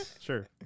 Sure